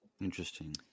interesting